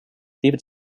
david